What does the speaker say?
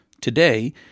Today